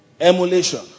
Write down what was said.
Emulation